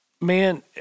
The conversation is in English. Man